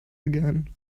again